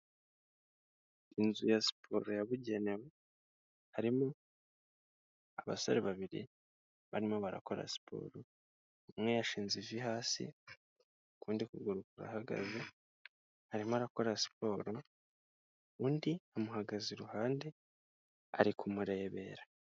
Inzu ya siporo yabugenewe harimo abasore babiri barimo barakora siporo umwe yashinze ivi hasi ukundi kuguru kurahagaze arimo arakora siporo undi amuhagaze iruhande ari kumurebera.